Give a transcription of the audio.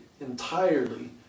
entirely